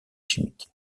chimique